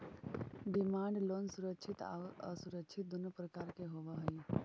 demand loan सुरक्षित आउ असुरक्षित दुनों प्रकार के होवऽ हइ